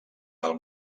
del